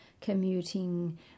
commuting